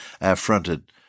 affronted